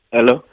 Hello